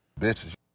bitches